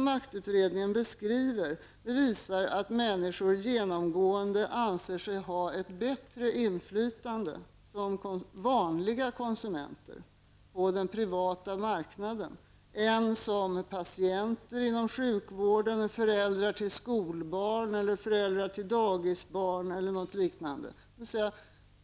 Markutredningens resultat visar att människor genomgående anser sig ha ett bättre inflytande som vanliga konsumenter på den privata marknaden än som patienter inom sjukvården, som föräldrar till skolbarn eller som föräldrar till dagisbarn eller liknande, dvs. att